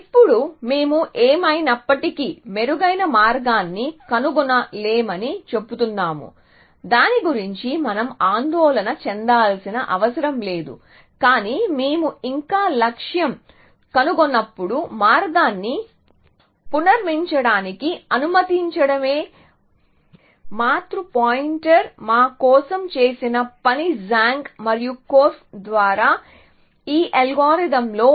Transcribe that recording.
ఇప్పుడు మేము ఏమైనప్పటికీ మెరుగైన మార్గాన్ని కనుగొనలేమని చెబుతున్నాము దాని గురించి మనం ఆందోళన చెందాల్సిన అవసరం లేదు కానీ మేము ఇంకా లక్ష్యం కనుగొన్నప్పుడు మార్గాన్ని పునర్నిర్మించడానికి అనుమతించడమే మాతృ పాయింటర్ మా కోసం చేసిన పని జాంగ్ మరియు కోర్ఫ్ ద్వారా ఈ అల్గోరిథంలో